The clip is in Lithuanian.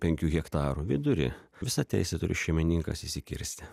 penkių hektarų vidury visą teisę turi šeimininkas išsikirsti